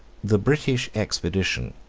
the british expedition,